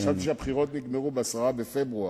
חשבתי שהבחירות נגמרו ב-10 בפברואר,